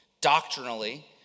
doctrinally